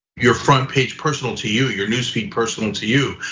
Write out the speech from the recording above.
your front page personal to you, your newsfeed personal to you.